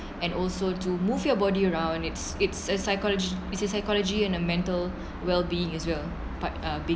and also to move your body around it's it's a psychology it's a psychology and a mental wellbeing as well part uh being